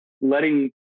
Letting